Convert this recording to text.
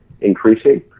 increasing